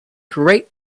great